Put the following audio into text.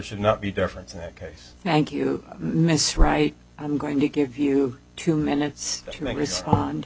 should not be a difference in that case thank you miss right i'm going to give you two minutes to make respond